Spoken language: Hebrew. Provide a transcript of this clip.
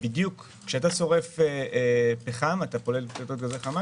כשאתה שורף פחם אתה פולט פליטות גזי חממה,